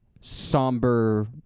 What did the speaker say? somber